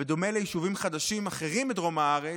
שבדומה ליישובים חדשים אחרים בדרום הארץ,